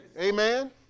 Amen